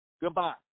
Goodbye